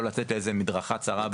לא לצאת לאיזה מדרכה צרה ברחוב.